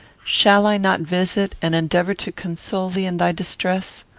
shall i not visit and endeavour to console thee in thy distress?